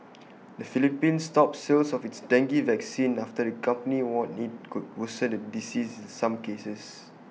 the Philippines stopped sales of its dengue vaccine after the company warned IT could worsen the disease in some cases